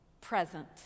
present